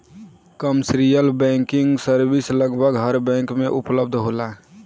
commercial banking service लगभग हर bank में उपलब्ध होला